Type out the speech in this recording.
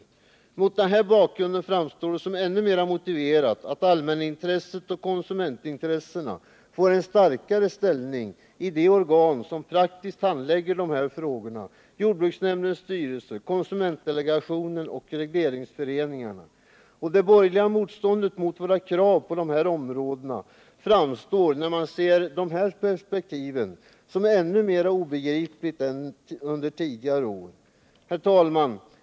Mot denna bakgrund framstår det som ännu mera motiverat att allmänintresset och konsumentintressena får en starkare ställning i de organ som praktiskt handlägger dessa frågor — jordbruksnämndens styrelse, konsumentdelegationen och regleringsföreningarna. Och det borgerliga motståndet mot våra krav på dessa områden framstår när man ser dessa perspektiv som ännu mera obegripligt än under tidigare år. Herr talman!